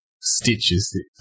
stitches